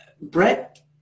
Brett